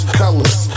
colors